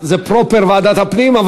זה רק בוועדת הפנים.